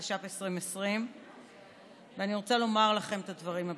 התש"ף 2020. אני רוצה לומר לכם את הדברים הבאים: